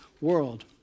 world